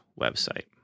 website